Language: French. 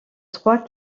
trois